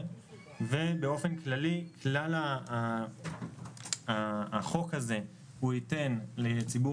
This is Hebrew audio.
באופן כללי כלל החוק הזה ייתן לציבור